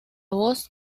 voz